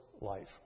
life